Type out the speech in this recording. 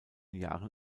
jahren